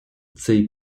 цей